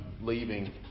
leaving